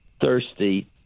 thirsty